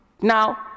Now